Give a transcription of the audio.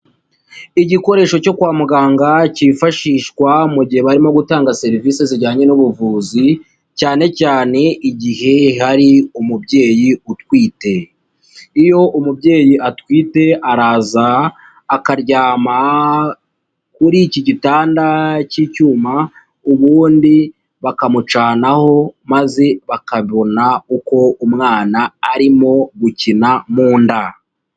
Igikoresho cyo kwa muganga cyifashishwa mu gihe barimo gutanga serivisi zijyanye n'ubuvuzi cyane cyane igihe hari umubyeyi utwite. Iyo umubyeyi atwite araza akaryama kuri iki gitanda cy'icyuma ubundi bakamucanaho maze bakabona uko umwana arimo gukina mu nda.